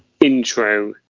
intro